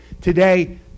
today